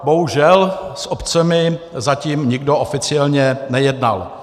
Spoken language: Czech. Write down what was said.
Bohužel s obcemi zatím nikdo oficiálně nejednal.